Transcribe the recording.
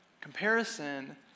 Comparison